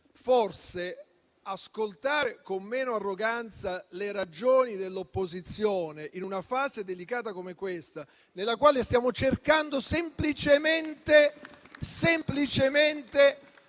ascoltare con meno arroganza le ragioni dell'opposizione, in una fase delicata come questa, nella quale stiamo cercando semplicemente